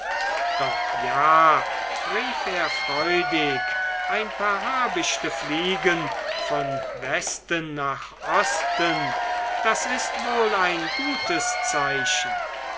doch ja rief er freudig ein paar habichte fliegen von westen nach osten das ist wohl ein gutes zeichen